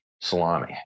salami